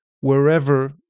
wherever